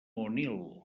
onil